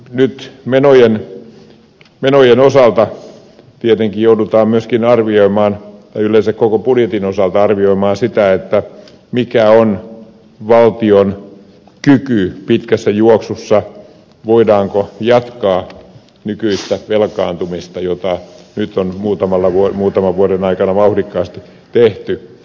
nyt menojen osalta tietenkin joudutaan myöskin arvioimaan ja yleensä koko budjetin osalta arvioimaan sitä mikä on valtion kyky pitkässä juoksussa voidaanko jatkaa nykyistä velkaantumista jota nyt on muutaman vuoden aikana vauhdikkaasti tehty